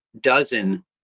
dozen